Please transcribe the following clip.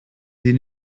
sie